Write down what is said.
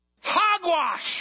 Hogwash